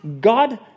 God